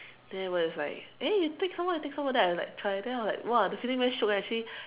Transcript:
then everybody is like eh you take some more take some more then I'm like try then I was like !wah! the feeling very shiok eh actually